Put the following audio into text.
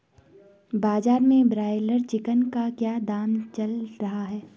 बाजार में broiler chicken का क्या दाम चल रहा है?